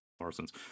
Morrisons